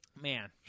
Man